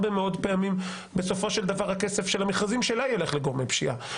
הרבה מאוד פעמים בסופו של דבר הכסף של המכרזים שלה ילך לגורמי פשיעה,